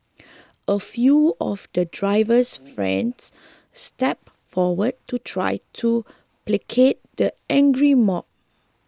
a few of the driver's friends stepped forward to try to placate the angry mob